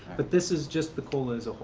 but this is just the cola as a